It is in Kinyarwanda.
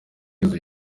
yuzuye